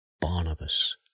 Barnabas